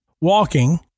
walking